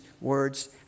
words